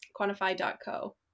Quantify.co